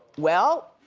well,